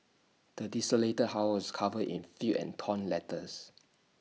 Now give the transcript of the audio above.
the desolated house was covered in filth and torn letters